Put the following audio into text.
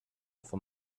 for